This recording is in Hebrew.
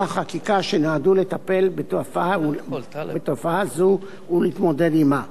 החקיקה שנועדו לטפל בתופעה זו ולהתמודד עמה.